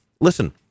Listen